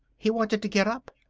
he wanted to get up.